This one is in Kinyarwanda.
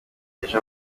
ejo